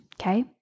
Okay